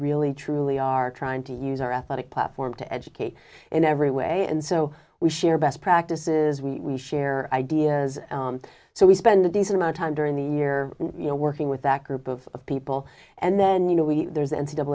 really truly are trying to use our athletic platform to educate in every way and so we share best practices we share ideas so we spend a decent amount of time during the year you know working with that group of people and then you know we there's